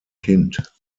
kind